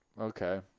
Okay